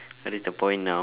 what is the point now